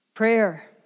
Prayer